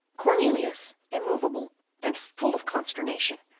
cornelius, immovable and full of consternation,